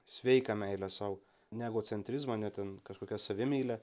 sveiką meilę sau ne egocentrizmą ne ten kažkokią savimeilę